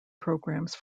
programs